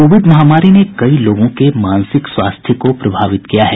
Covid महामारी ने कई लोगों के मानसिक स्वास्थ्य को प्रभावित किया है